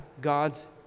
God's